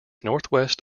northwest